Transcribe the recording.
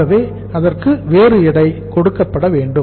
ஆகவே அதற்கு வேறு எடை கொடுக்கப்படவேண்டும்